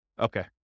Okay